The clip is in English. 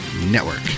network